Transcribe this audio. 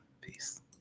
Peace